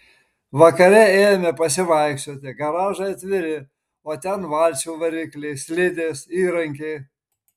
vakare ėjome pasivaikščioti garažai atviri o ten valčių varikliai slidės įrankiai